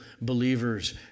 believers